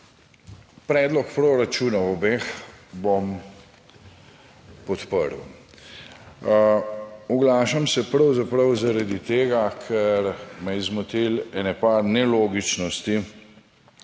Predlog proračuna obeh bom podprl. Oglašam se pravzaprav zaradi tega, ker me je zmotilo ene par nelogičnosti,